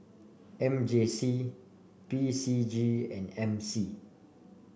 M J C P C G and M C